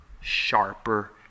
sharper